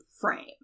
frame